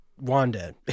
Wanda